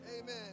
Amen